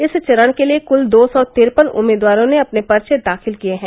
इस चरण के लिये क्ल दो सौ तिरपन उम्मीदवारों ने अपने पर्चे दाखिल किये हैं